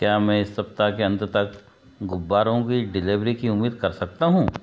क्या मैं इस सप्ताह के अंत तक गुब्बारों की डिलेवरी की उम्मीद कर सकता हूँ